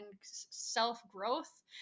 self-growth